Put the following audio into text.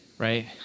Right